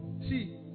See